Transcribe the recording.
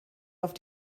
auf